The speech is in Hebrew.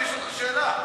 רציתי לשאול אותך שאלה.